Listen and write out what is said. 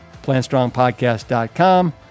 plantstrongpodcast.com